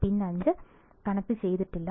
പിൻ 5 കണക്റ്റുചെയ്തിട്ടില്ല